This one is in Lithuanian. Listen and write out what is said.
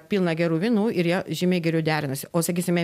pilna gerų vynų ir jie žymiai geriau derinasi o sakysime